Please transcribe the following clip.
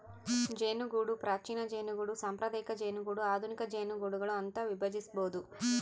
ಜೇನುಗೂಡು ಪ್ರಾಚೀನ ಜೇನುಗೂಡು ಸಾಂಪ್ರದಾಯಿಕ ಜೇನುಗೂಡು ಆಧುನಿಕ ಜೇನುಗೂಡುಗಳು ಅಂತ ವಿಭಜಿಸ್ಬೋದು